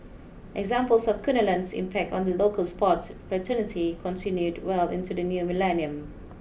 examples of Kunalan's impact on the local sports fraternity continued well into the new millennium